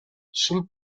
sul